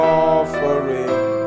offering